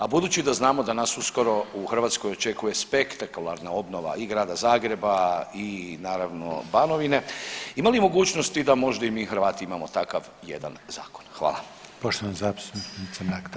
A budući da znamo da nas uskoro u Hrvatskoj očekuje spektakularna obnova i Grada Zagreba i naravno Banovine ima li mogućnosti da možda i mi Hrvati imamo takav jedan zakon?